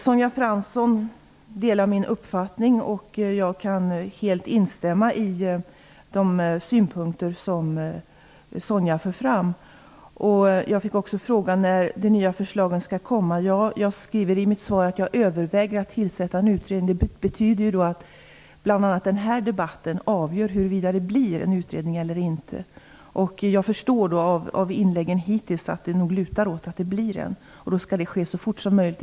Sonja Fransson delar min uppfattning, och jag kan helt instämma i de synpunkter som hon för fram. Jag fick också frågan när de nya förslagen skall komma. Jag skriver i mitt svar att jag överväger att tillsätta en utredning. Det betyder att bl.a. den här debatten avgör huruvida det blir en utredning eller inte. Med tanke på inläggen hittills lutar det åt att det blir en utredning. Detta skall då ske så fort som möjligt.